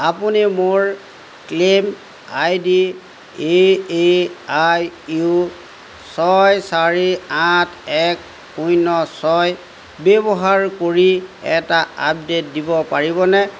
আপুনি মোৰ claim I D A A I U ছয় চাৰি আঠ এক শূন্য ছয় ব্যৱহাৰ কৰি এটা আপডে'ট দিব পাৰিবনে